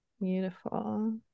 Beautiful